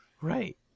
Right